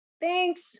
Thanks